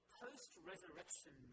post-resurrection